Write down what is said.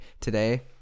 Today